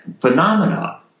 phenomena